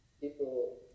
People